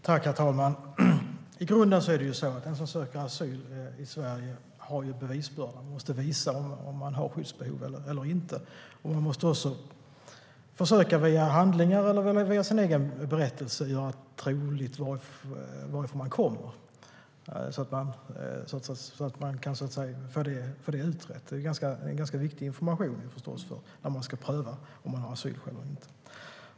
Herr talman! I grunden är det på det sättet att den som söker asyl i Sverige har bevisbördan och måste visa om man har skyddsbehov eller inte. Man måste också göra det troligt varifrån man kommer, via handlingar eller egen berättelse, så att det kan utredas. Det är förstås ganska viktig information när det ska prövas om det finns asylskäl eller inte.